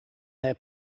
their